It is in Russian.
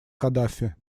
каддафи